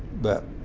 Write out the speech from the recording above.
that